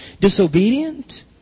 disobedient